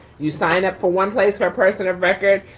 you sign up for one place for a person of record,